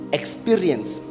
experience